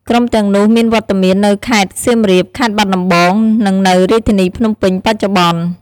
ក្រុមទាំងនោះមានវត្តមាននៅខេត្តសៀមរាប ខេត្តបាត់ដំបង និងនៅរាជធានីភ្នំពេញបច្ចុប្បន្ន ។